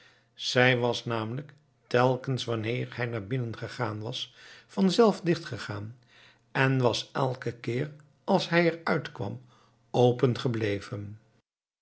zij was namelijk telkens wanneer hij naar binnen gegaan was van zelf dicht gegaan en was elken keer als hij er uit kwam open gebleven